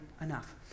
enough